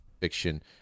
fiction